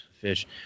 fish